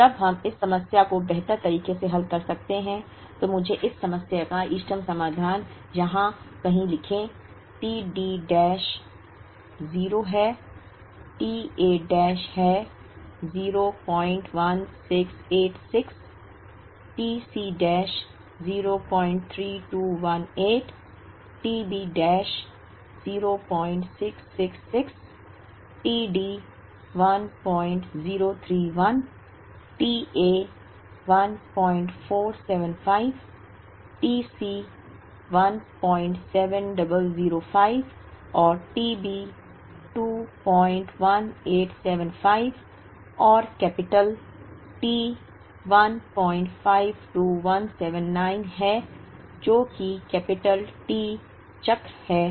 अब जब हम इस समस्या को बेहतर तरीके से हल करते हैं तो मुझे इस समस्या का इष्टतम समाधान यहाँ कहीं लिखें t D डैश 0 है t A डैश है 01686 t C dash 03218 t B dash 0666 t D 1031 t A 1475 t C 17005 और t B 21875 और कैपिटल T 152179 है जो कि कैपिटल T चक्र है